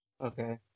Okay